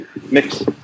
Mix